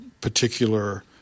particular